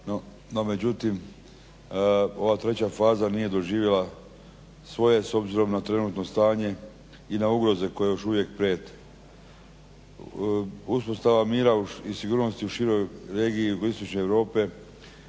no međutim ova treća faza nije doživjela svoje s obzirom na trenutno stanje i na ugroze koje još uvijek prijete. Uspostava mira i sigurnosti u široj regiji JI Europe